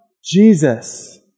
jesus